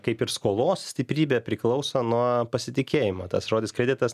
kaip ir skolos stiprybė priklauso nuo pasitikėjimo tas žodis kreditas